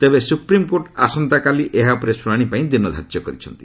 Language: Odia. ତେବେ ସୁପ୍ରିମ୍କୋର୍ଟ ଆସନ୍ତାକାଲି ଏହା ଉପରେ ଶୁଶାଣି ପାଇଁ ଦିନ ଧାର୍ଯ୍ୟ କରିଛନ୍ତି